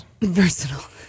Versatile